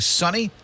sunny